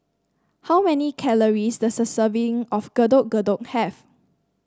how many calories does a serving of Getuk Getuk have